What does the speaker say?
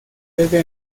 desde